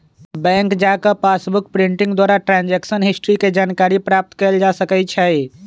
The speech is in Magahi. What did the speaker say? बैंक जा कऽ पासबुक प्रिंटिंग द्वारा ट्रांजैक्शन हिस्ट्री के जानकारी प्राप्त कएल जा सकइ छै